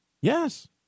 Yes